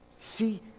See